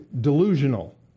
delusional